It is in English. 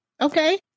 Okay